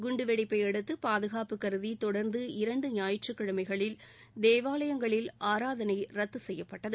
குண்டுவெடிப்பையடுத்து பாதுகாப்பு கருதி தொடர்ந்து இரண்டு சுராயயிற்றுக்கிழமைகளில் தேவாலயங்களில் ஆராதனை ரத்து செய்யப்பட்டது